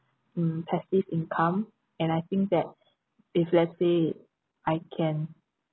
mm passive income and I think that if let's say I can